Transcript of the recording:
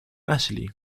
ashley